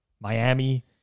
Miami